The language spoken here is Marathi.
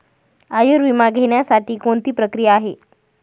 आयुर्विमा घेण्यासाठी कोणती प्रक्रिया आहे?